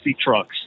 trucks